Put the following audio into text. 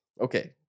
Okay